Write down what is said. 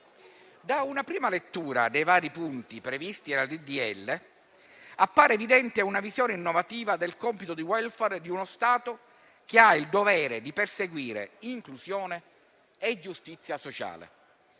Da una prima lettura dei vari punti previsti dal disegno di legge, appare evidente una visione innovativa del compito di *welfare* di uno Stato, che ha il dovere di perseguire inclusione e giustizia sociale.